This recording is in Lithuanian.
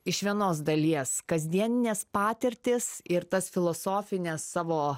iš vienos dalies kasdienines patirtis ir tas filosofines savo